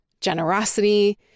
generosity